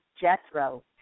Jethro